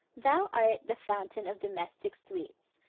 thou art the fountain of domestic sweets,